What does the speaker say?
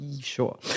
sure